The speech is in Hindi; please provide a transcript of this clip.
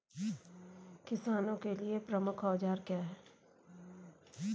किसानों के लिए प्रमुख औजार क्या हैं?